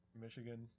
Michigan –